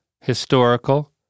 historical